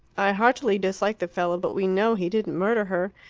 i heartily dislike the fellow, but we know he didn't murder her.